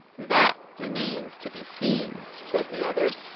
that remains to be seen, said the other.